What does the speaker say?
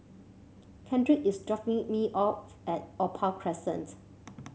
Kendrick is dropping me off at Opal Crescent